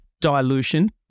dilution